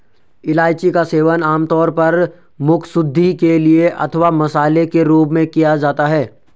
इलायची का सेवन आमतौर पर मुखशुद्धि के लिए अथवा मसाले के रूप में किया जाता है